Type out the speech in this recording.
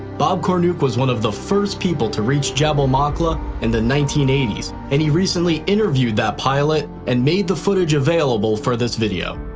bob cornuke was one of the first people to reach jabal maqla in the nineteen eighty s, and he recently interviewed that pilot and made the footage available for this video.